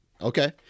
Okay